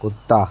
कुत्ता